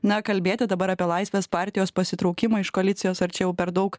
na kalbėti dabar apie laisvės partijos pasitraukimą iš koalicijos ar čia jau per daug